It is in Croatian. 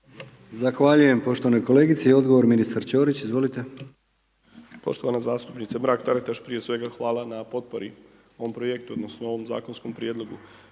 Zahvaljujem poštovanoj kolegici. Odgovor ministar Ćorić, izvolite. **Ćorić, Tomislav (HDZ)** Poštovana zastupnice Mrak Taritaš prije svega hvala na potpori u ovom projektu odnosno ovom zakonskom prijedlogu.